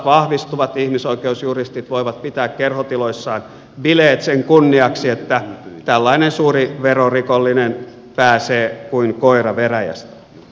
ihmisoikeusjuristit voivat pitää kerhotiloissaan bileet sen kunniaksi että tällainen suuri verorikollinen pääsee kuin koira veräjästä